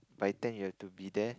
by ten you have to be there